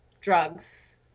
drugs